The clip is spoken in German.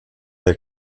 der